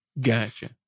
Gotcha